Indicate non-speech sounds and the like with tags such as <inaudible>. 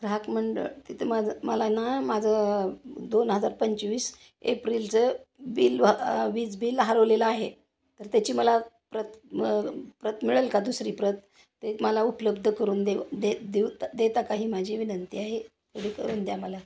ग्राहक मंडळ तिथं माझं मला ना माझं दोन हजार पंचवीस एप्रिलचं बिल वीज बिल हरवलेलं आहे तर त्याची मला प्रत प्रत मिळेल का दुसरी प्रत ते मला उपलब्ध करून देव दे देवता देता का ही माझी विनंती आहे <unintelligible> करून द्या मला